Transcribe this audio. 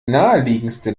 naheliegendste